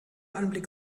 anblick